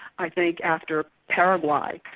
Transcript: i think after paraguay.